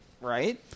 Right